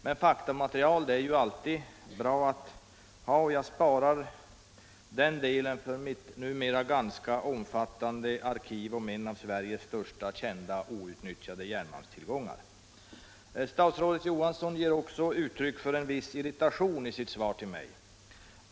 Men faktamaterial är ju alltid bra att ha, och jag sparar den delen för mitt numera ganska omfattande arkiv om en av Sveriges största kända outnyttjade järnmalmstillgångar. Statsrådet Johansson ger också uttryck för en viss irritation i sitt svar till mig.